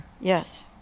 Yes